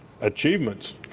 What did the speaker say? achievements